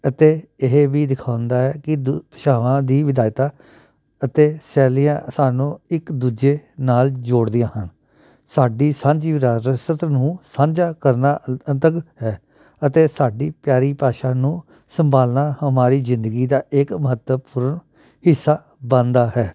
ਅਤੇ ਇਹ ਵੀ ਦਿਖਾਉਂਦਾ ਹੈ ਕਿ ਦੁ ਭਾਸ਼ਾਵਾਂ ਦੀ ਵਿਦਾਇਤਾਂ ਅਤੇ ਸ਼ੈਲੀਆਂ ਸਾਨੂੰ ਇੱਕ ਦੂਜੇ ਨਾਲ਼ ਜੋੜਦੀਆਂ ਹਨ ਸਾਡੀ ਸਾਂਝੀ ਵਿਰਾਸਤ ਨੂੰ ਸਾਂਝਾ ਕਰਨਾ ਅਲ ਅੰਤਕ ਹੈ ਅਤੇ ਸਾਡੀ ਪਿਆਰੀ ਭਾਸ਼ਾ ਨੂੰ ਸੰਭਾਲਣਾ ਹਮਾਰੀ ਜ਼ਿੰਦਗੀ ਦਾ ਇੱਕ ਮਹੱਤਵਪੂਰਨ ਹਿੱਸਾ ਬਣਦਾ ਹੈ